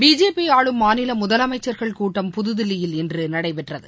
BJP ஆளும் மாநில முதலமைச்சர்கள் கூட்டம் புதுதில்லியில் இன்று நடைபெற்றது